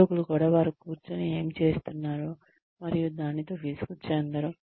ఉద్యోగులు కూడా వారు కూర్చోని ఏమి చేస్తున్నారో మరియు దానితో విసుగు చెందరు